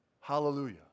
Hallelujah